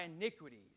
iniquities